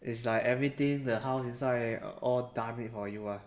it's like everything the house inside all done it for you ah